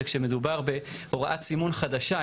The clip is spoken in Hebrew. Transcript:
זה כשמדובר בהוראת סימון חדשה.